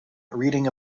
reading